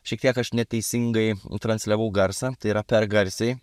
šiek tiek aš neteisingai transliavau garsą tai yra per garsiai